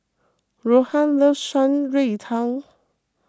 Rohan loves Shan Rui Tang